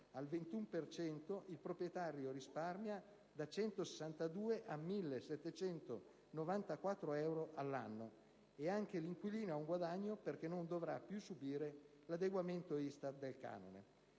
cento il proprietario risparmia da 162 a 1.794 euro all'anno. E anche l'inquilino ha un guadagno, perché non dovrà più subire l'adeguamento ISTAT del canone.